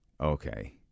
okay